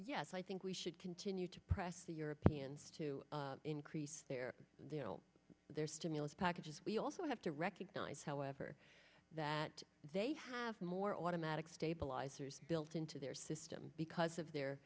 yes i think we should continue to press the europeans to increase their you know their stimulus packages we also have to recognize however that they have more automatic stabilizers built into their system because of their